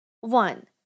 one